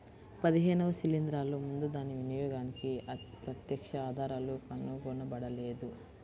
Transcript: పదిహేనవ శిలీంద్రాలు ముందు దాని వినియోగానికి ప్రత్యక్ష ఆధారాలు కనుగొనబడలేదు